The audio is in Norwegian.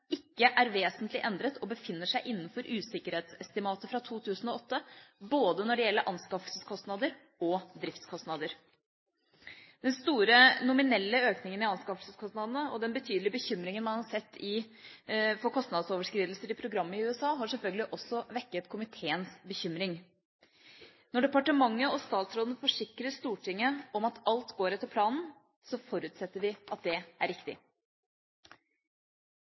ikke er vesentlig endret og befinner seg innenfor usikkerhetsestimatet fra 2008, både når det gjelder anskaffelseskostnader og driftskostnader.» Den store nominelle økningen i anskaffelseskostnadene og den betydelige bekymringen man har sett for kostnadsoverskridelser i programmet i USA, har selvfølgelig også vekket komiteens bekymring. Når departementet og statsråden forsikrer Stortinget om at alt går etter planen, forutsetter vi at det er riktig.